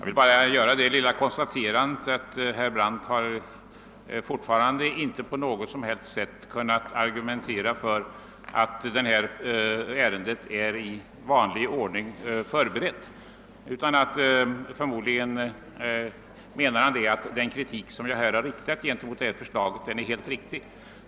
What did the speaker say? Herr talman! Jag vill bara konstate ra att herr Brandt fortfarande inte på något sätt har kunnat argumentera för att detta ärende förberetts i vanlig ordning. Förmodligen menar han att den kritik som har riktats mot förslaget är helt riktig.